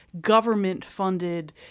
government-funded